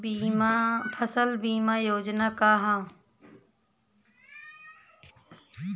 फसल बीमा योजना का ह?